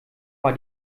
war